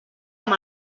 amb